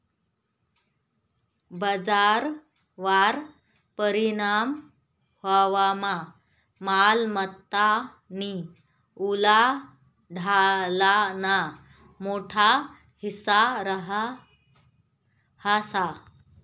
बजारवर परिणाम व्हवामा मालमत्तानी उलाढालना मोठा हिस्सा रहास